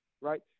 right